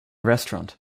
restaurant